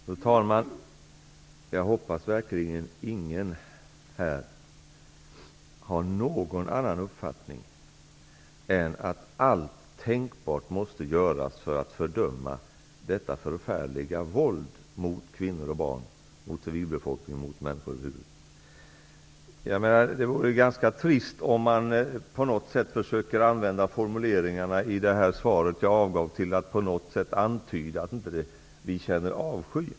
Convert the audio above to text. Fru talman! Jag hoppas verkligen att ingen här har någon annan uppfattning än att allt tänkbart måste göras för att fördöma detta förfärliga våld mot kvinnor och barn, mot civilbefolkningen och mot människor över huvud taget. Det vore ganska trist om man på något sätt försöker använda formuleringarna i det svar jag avgav till att antyda att vi inte känner avsky.